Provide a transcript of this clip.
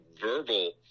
verbal